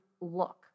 look